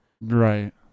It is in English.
Right